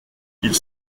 ils